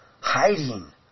hiding